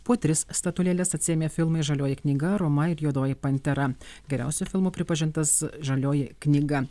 po tris statulėles atsiėmė filmai žalioji knyga roma ir juodoji pantera geriausiu filmu pripažintas žalioji knyga